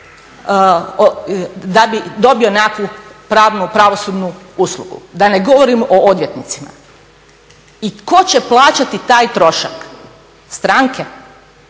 da bi dobio nekakvu pravnu, pravosudnu uslugu da ne govorim o odvjetnicima i tko će plaćati taj trošak? Stranke.